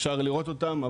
אפשר לראות אותם,